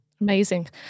amazing